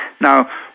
Now